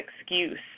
excuse